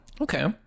Okay